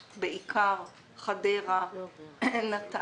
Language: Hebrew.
מאחר ולא יהיה עוד מכרז, אני מניחה שהחברה